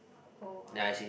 oh !wow!